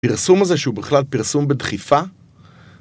הפרסום הזה שהוא בכלל פרסום בדחיפה